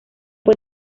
fue